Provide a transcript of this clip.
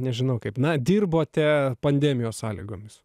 nežinau kaip na dirbote pandemijos sąlygomis